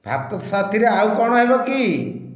ଭାତ ସାଥିରେ ଆଉ କ'ଣ ହେବ କି